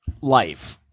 life